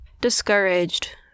discouraged